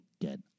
get